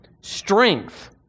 strength